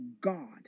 God